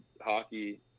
hockey